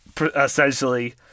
essentially